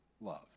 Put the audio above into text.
love